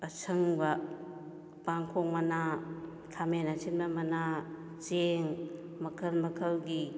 ꯑꯁꯪꯕ ꯄꯥꯡꯈꯣꯛ ꯃꯅꯥ ꯈꯥꯃꯦꯟ ꯑꯁꯤꯟꯕ ꯃꯅꯥ ꯆꯦꯡ ꯃꯈꯜ ꯃꯈꯜꯒꯤ